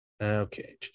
Okay